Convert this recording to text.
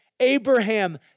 Abraham